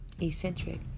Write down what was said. Eccentric